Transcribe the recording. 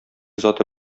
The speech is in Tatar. заты